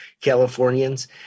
Californians